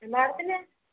മാഡത്തിന്